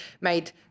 made